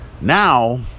Now